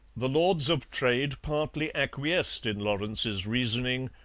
the lords of trade partly acquiesced in lawrence's reasoning,